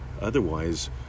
Otherwise